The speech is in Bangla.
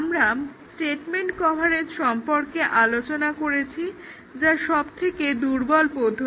আমরা স্টেটমেন্ট কভারেজ সম্পর্কে আলোচনা করেছি যা সব থেকে দুর্বল পদ্ধতি